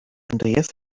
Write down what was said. andreas